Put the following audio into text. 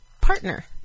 partner